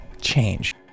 change